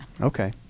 Okay